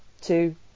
two